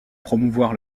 promouvoir